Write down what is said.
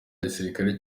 gisirikare